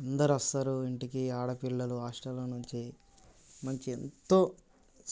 అందరు వస్తారు ఇంటికి అందరు ఆడపిల్లలు హాస్టళ్ళ నుంచి మంచిగా ఎంతో